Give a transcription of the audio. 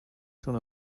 schon